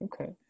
Okay